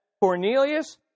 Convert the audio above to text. Cornelius